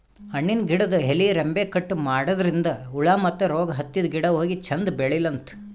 ಹಣ್ಣಿನ್ ಗಿಡದ್ ಎಲಿ ರೆಂಬೆ ಕಟ್ ಮಾಡದ್ರಿನ್ದ ಹುಳ ಮತ್ತ್ ರೋಗ್ ಹತ್ತಿದ್ ಗಿಡ ಹೋಗಿ ಚಂದ್ ಬೆಳಿಲಂತ್